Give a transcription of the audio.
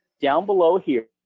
down below here,